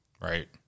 Right